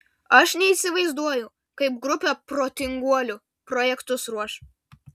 aš neįsivaizduoju kaip grupė protinguolių projektus ruoš